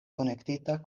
konektita